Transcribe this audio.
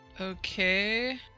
Okay